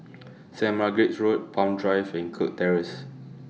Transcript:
Saint Margaret's Road Palm Drive and Kirk Terrace